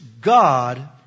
God